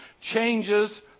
changes